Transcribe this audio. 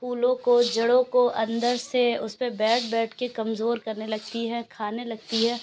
پھولوں کو جڑوں کو اندر سے اس پر بیٹھ بیٹھ کر کمزور کرنے لگتی ہے کھانے لگتی ہے